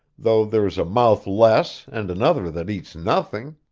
though there's a mouth less and another that eats nothing.